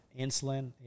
Insulin